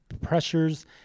pressures